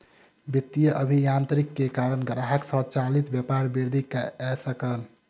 वित्तीय अभियांत्रिकी के कारण ग्राहक संचालित व्यापार वृद्धि कय सकल